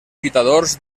lluitadors